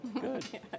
good